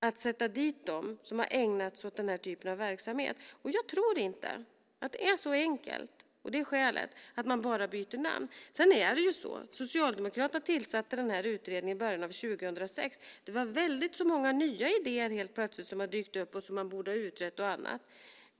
att sätta dit dem som har ägnat sig åt den här typen av verksamhet. Jag tror inte att det är så enkelt - det är skälet - att man bara byter namn. Sedan tillsatte Socialdemokraterna den här utredningen i början av 2006. Det var väldigt vad många nya idéer som helt plötsligt har dykt upp om vad man borde ha utrett och annat.